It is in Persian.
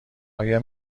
آیا